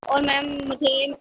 اور میم مجھے